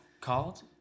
called